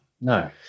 No